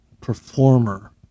performer